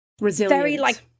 resilient